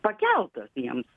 pakeltas jiems